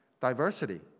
diversity